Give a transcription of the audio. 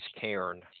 Cairn